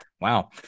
Wow